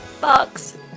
box